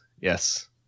yes